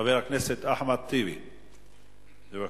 חבר הכנסת אחמד טיבי, בבקשה.